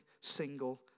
single